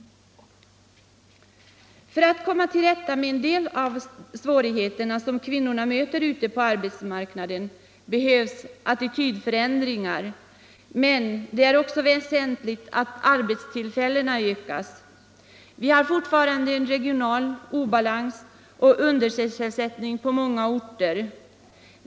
För att komma till rätta med en del av de svårigheter som kvinnorna möter på arbetsmarknaden är det nödvändigt med attitydförändringar, men det är också väsentligt att antalet arbetstillfällen ökas. Vi har fortfarande en regional obalans och undersysselsättning på många orter.